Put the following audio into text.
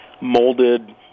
molded